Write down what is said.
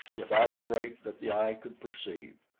without a break that the eye could perceive.